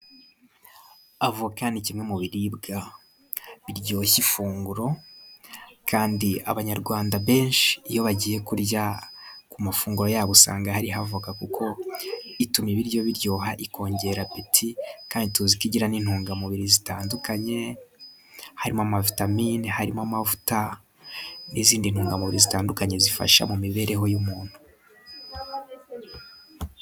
Avoka ni kimwe mu biribwa biryoshya ifunguro, kandi abanyarwanda benshi iyo bagiye kurya ku mafunguro yabo usanga hari ho avoka kuko ituma ibiryo biryoha ikongera iti kandi tuziko igira n'intungamubiri zitandukanye harimo ama vitamine, harimo amavuta n'izindi ntungamubiri zitandukanye zifasha mu mibereho y'umuntu.